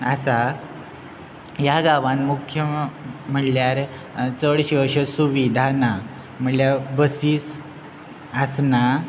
आसा ह्या गांवान मुख्य म्हणल्यार चडश्यो अश्यो सुविधा ना म्हणल्यार बसीस आसना